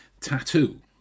tattoo